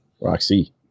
Roxy